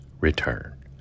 return